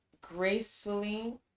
gracefully